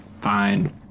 Fine